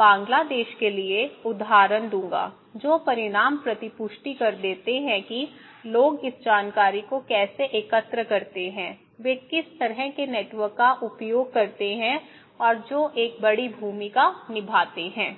बांग्लादेश के लिए उदाहरण दूंगा जो परिणाम प्रतिपुष्टि देते हैं कि लोग इस जानकारी को कैसे एकत्र करते हैं वे किस तरह के नेटवर्क का उपयोग करते हैं और जो एक बड़ी भूमिका निभाते हैं